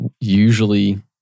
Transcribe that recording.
usually